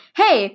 hey